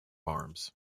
farms